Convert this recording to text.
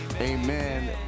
amen